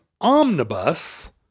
Omnibus